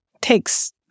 takes